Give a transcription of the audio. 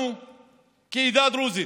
אנחנו בעדה הדרוזית